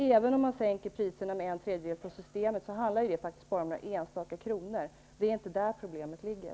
Även om man sänker priserna med en tredjedel på Systemet, blir det bara några enstaka kronor. Det är inte där problemet ligger.